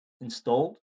installed